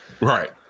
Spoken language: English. Right